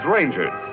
Rangers